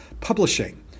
publishing